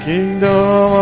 Kingdom